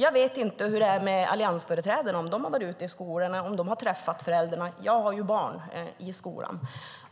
Jag vet inte om alliansföreträdarna har varit ute i skolorna och har träffat föräldrarna. Jag har barn i skolan,